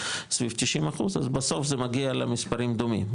סביב 90 אחוז אז בסוף זה מגיע למספרים דומים,